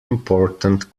important